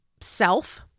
self